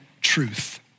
truth